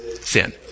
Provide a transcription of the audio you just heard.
sin